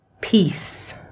peace